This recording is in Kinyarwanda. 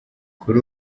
kuri